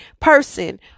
person